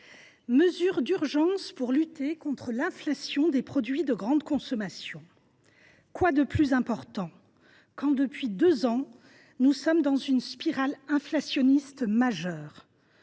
mesures d’urgence pour lutter contre l’inflation concernant les produits de grande consommation »: quoi de plus important quand, depuis deux ans, nous sommes dans une spirale inflationniste majeure ;